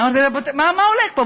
אמרתי: מה הולך פה?